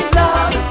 love